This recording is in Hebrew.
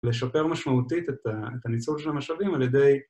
לשפר משמעותית את הניצול של המשאבים על ידי